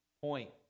point